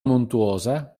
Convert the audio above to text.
montuosa